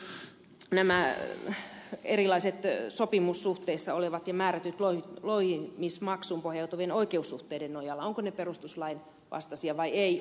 samoin onko selvitetty ja ovatko nämä erilaiset sopimussuhteissa olevat ja määrätyt louhimismaksuihin pohjautuvien oikeussuhteiden nojalla ovatko ne perustuslain vastaisia vai ei